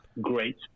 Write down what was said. great